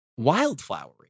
wildflowery